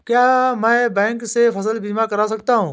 क्या मैं बैंक से फसल बीमा करा सकता हूँ?